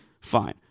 Fine